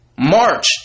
March